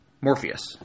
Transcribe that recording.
Morpheus